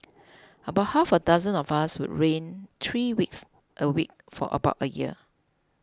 about half a dozen of us would rain three weeks a week for about a year